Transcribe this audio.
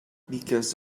because